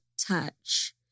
touch